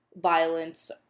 violence